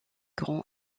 grands